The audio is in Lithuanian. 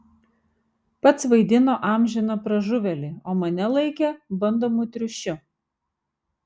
pats vaidino amžiną pražuvėlį o mane laikė bandomu triušiu